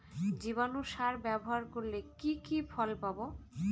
জীবাণু সার ব্যাবহার করলে কি কি ফল পাবো?